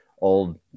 old